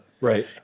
right